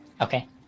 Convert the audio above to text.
Okay